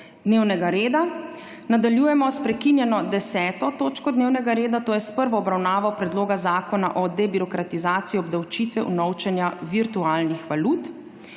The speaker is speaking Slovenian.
dnevnega reda. Nadaljujemo s prekinjeno 10. točko dnevnega reda, to je s prvo obravnavo Predloga zakona o debirokratizaciji obdavčitve unovčenja virtualnih valut.